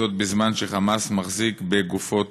בזמן ש"חמאס" מחזיק בגופות